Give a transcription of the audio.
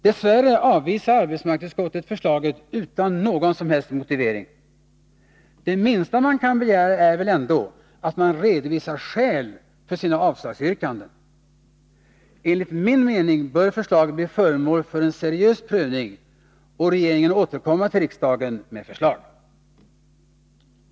Dess värre avvisar arbetsmarknadsutskottet förslaget utan någon som helst motivering. Det minsta man kan begära är väl ändå att det redovisas skäl för avslagsyrkandena. Enligt min mening bör förslaget bli föremål för en seriös prövning och regeringen återkomma till riksdagen med förslag.